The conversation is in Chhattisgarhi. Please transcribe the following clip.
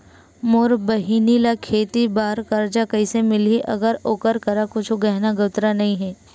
मोर बहिनी ला खेती बार कर्जा कइसे मिलहि, अगर ओकर करा कुछु गहना गउतरा नइ हे?